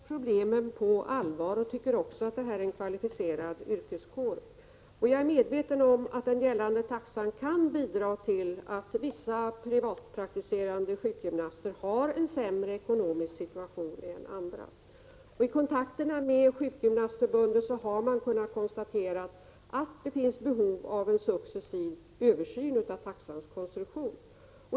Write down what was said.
Herr talman! Jag tar verkligen detta problem på allvar och anser att det gäller en kvalificerad yrkeskår. Jag är medveten om att den gällande taxan kan bidra till att vissa privatpraktiserande sjukgymnaster har sämre ekonomisk situation än andra. Vid kontakter med Sjukgymnastförbundet har man kunnat konstatera att det finns behov av en successiv översyn av taxans konstruktion.